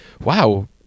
Wow